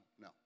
no